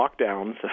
lockdowns